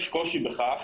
יש קושי בכך